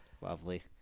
Lovely